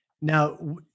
Now